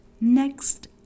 next